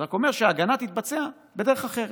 זה רק אומר שההגנה תתבצע בדרך אחרת.